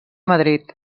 madrid